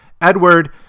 edward